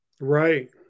Right